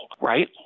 right